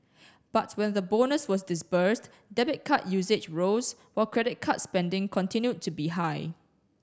but when the bonus was disbursed debit card usage rose while credit card spending continued to be high